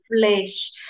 flesh